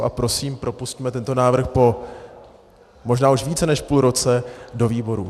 A prosím, propusťme tento návrh po možná už více než půl roce do výborů.